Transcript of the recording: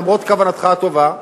למרות כוונתך הטובה,